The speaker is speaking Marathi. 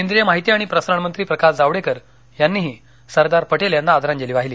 केंद्रीय माहिती आणि प्रसारण मंत्री प्रकाश जावडेकर यांनीही सरदार पटेल यांना आदरांजली वाहिली